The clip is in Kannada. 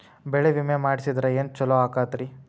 ಬೆಳಿ ವಿಮೆ ಮಾಡಿಸಿದ್ರ ಏನ್ ಛಲೋ ಆಕತ್ರಿ?